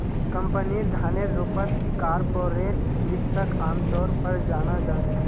कम्पनीर धनेर रूपत कार्पोरेट वित्तक आमतौर पर जाना जा छे